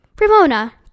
Ramona